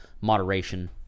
moderation